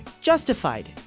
Justified